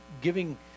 giving